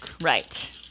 Right